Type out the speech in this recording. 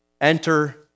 Enter